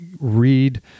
read